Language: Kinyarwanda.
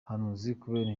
kubera